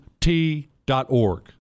T.org